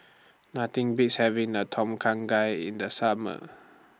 Nothing Beats having Na Tom Kha Gai in The Summer